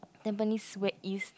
Tampines we~ East